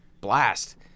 blast